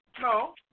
No